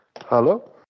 Hello